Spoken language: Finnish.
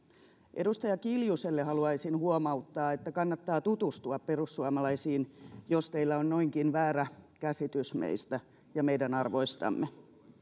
edustaja kiljuselle haluaisin huomauttaa että kannattaa tutustua perussuomalaisiin jos teillä on noinkin väärä käsitys meistä ja meidän arvoistamme